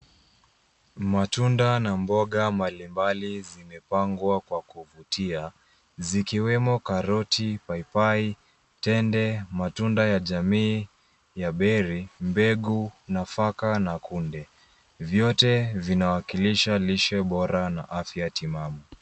Matunda na mboga mbalimbali zimepangwa kwa kuvutia zikiwemo karoti, paipai, tende, matunda ya jamii ya berry , mbegu, nafaka na kunde. Vyote vinawakilisha lishe bora na afya timamu.